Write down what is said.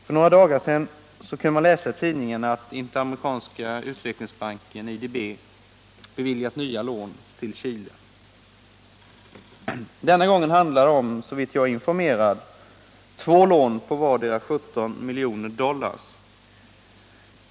För några dagar sedan kunde man läsa i tidningarna att Interamerikanska utvecklingsbanken, IDB, beviljat nya lån till Chile. Denna gång handlade det om, såvitt jag är informerad, två lån på vardera 17 miljoner dollar.